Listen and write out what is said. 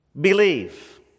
believe